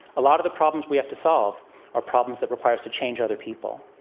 a lot of the problems we have to solve are problems that require us to change other people.